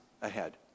ahead